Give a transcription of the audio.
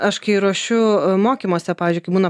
aš kai ruošiu mokymuose pavyzdžiui kai būna